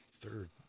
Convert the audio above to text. third